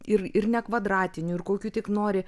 ir ir nekvadratinių ir kokių tik nori